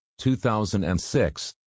2006